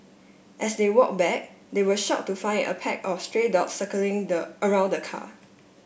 as they walk back they were shock to find a pack of stray dog circling the around the car